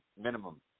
minimum